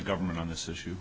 government on this issue